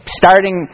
starting